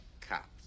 cops